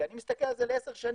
כי אני מסתכל על זה לעשר שנים,